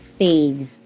faves